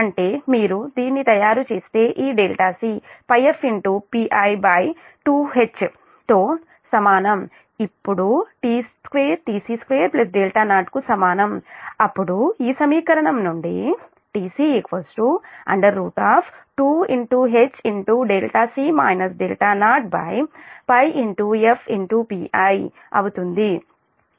అంటే మీరు దీన్ని తయారు చేస్తే ఈ c πfPi2Hతో సమానం అప్పుడు tc2 0 కు సమానం అప్పుడు ఈ సమీకరణం నుండి tc 2HπfPi అవుతుంది